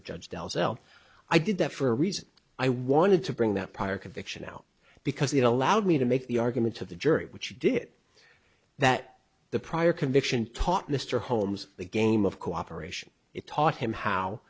of judge dallas l i did that for a reason i wanted to bring that prior conviction out because it allowed me to make the argument to the jury which you did that the prior conviction taught mr holmes the game of cooperation it taught him how